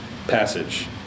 Passage